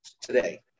today